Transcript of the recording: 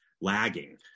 lagging